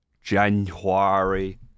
January